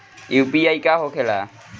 UPI का होके ला?